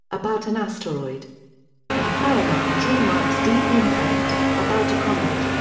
about an asteroid and paramount dreamworks' deep impact, about a comet.